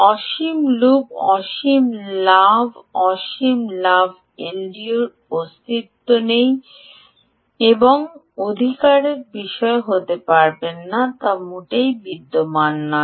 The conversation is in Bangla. অসীম লুপ অসীম লাভ লাভ অসীম লাভ এলডিও এর অস্তিত্ব নেই আপনি যে অধিকারের বিষয়ে কথা বলতে পারবেন না তা মোটেই বিদ্যমান নেই